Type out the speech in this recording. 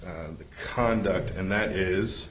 the conduct and that is